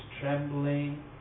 trembling